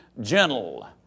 gentle